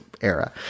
era